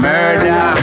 Murder